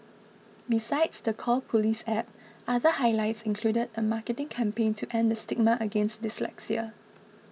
besides the Call Police App other highlights included a marketing campaign to end the stigma against dyslexia